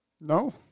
No